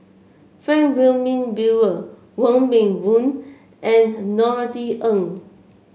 Frank Wilmin Brewer Wong Meng Voon and Norothy Ng